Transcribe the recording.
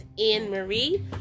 Anne-Marie